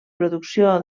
producció